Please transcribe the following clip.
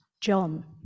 John